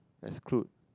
exclude